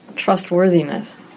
trustworthiness